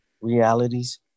realities